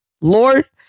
Lord